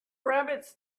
rabbits